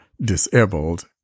disabled